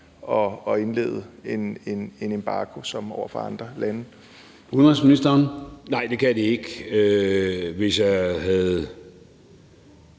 at indlede en embargo over for andre lande.